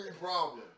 problem